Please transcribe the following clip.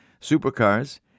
Supercars